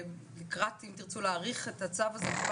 לקראת אם תרצו להאריך את הצו הזה,